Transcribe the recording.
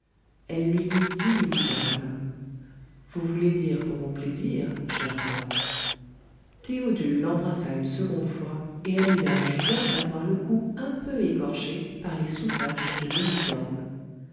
elle lui mit dix louis dans la main vous voulez dire pour mon plaisir chère tante théodule l'embrassa une seconde fois et elle eut la joie d'avoir le cou un peu écorché par les soutaches de l'uniforme